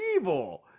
evil